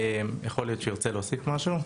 יכול להיות שהוא ירצה להוסיף משהו,